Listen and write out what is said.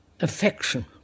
affection